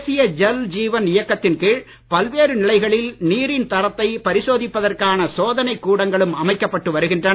தேசிய ஜல் ஜீவன் இயக்கத்தின் கீழ் பல்வேறு நிலைகளில் நீரின் தரத்தை பரிசோதிப்பதற்கான சோதனைக் கூடங்களும் அமைக்கப்பட்டு வருகின்றன